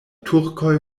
turkoj